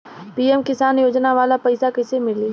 PM किसान योजना वाला पैसा कईसे मिली?